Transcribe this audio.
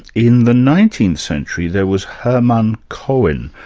in the nineteenth century there was hermann cohen,